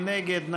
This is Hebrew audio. מי נגד?